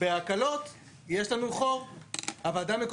הנתונה לפי חוק זה או בהוראות תוכנית לוועדה המקומית,